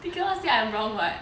because you cannot say I'm wrong [what]